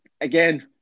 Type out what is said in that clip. again